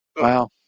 Wow